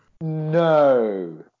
No